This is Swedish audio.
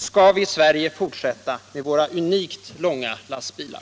Skall vi i Sverige fortsätta med våra unikt långa lastbilar?